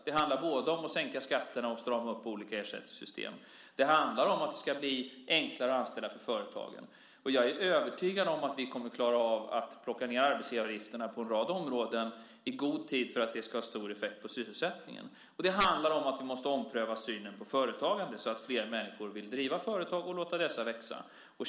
Det handlar både om att sänka skatterna och om att strama upp olika ersättningssystem. Det handlar om att det ska bli enklare för företagen att anställa, och jag är övertygad om att vi kommer att klara av att sänka arbetsgivaravgifterna på en rad områden i god tid för att det ska ha stor effekt på sysselsättningen. Det handlar också om att vi måste ompröva synen på företagande så att flera människor vill driva företag och låta dessa växa.